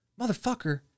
Motherfucker